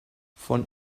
von